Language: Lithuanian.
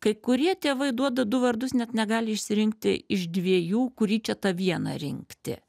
kai kurie tėvai duoda du vardus net negali išsirinkti iš dviejų kurį čia tą vieną rinkti